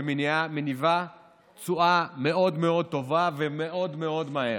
שמניבה תשואה מאוד מאוד טובה ומאוד מאוד מהר.